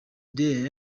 day